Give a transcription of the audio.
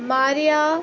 maria